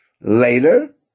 later